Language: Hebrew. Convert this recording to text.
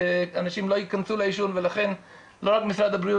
שאנשים לא ייכנסו לעישון ולכן לא רק משרד בריאות